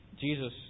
Jesus